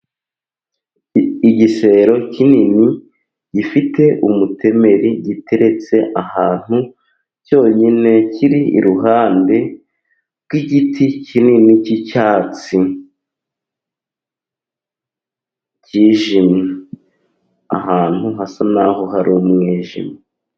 Igisero kinini, gifite umutemeri, giteretse ahantu cyonyine, kiri iruhande rw'igiti kinini cy'icyatsi cyijimye, ahantu hasa n'aho hari umwijima.